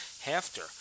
hafter